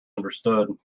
understood